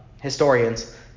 historians